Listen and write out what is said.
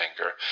anger